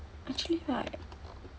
actually right